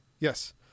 Yes